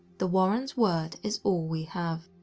the warrens' word is all we have.